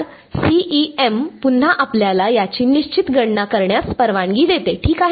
तर CEM पुन्हा आपल्याला याची निश्चित गणना करण्यास परवानगी देते ठीक आहे